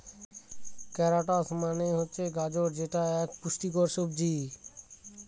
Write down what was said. carrots মানে হচ্ছে গাজর যেটা এক পুষ্টিকর সবজি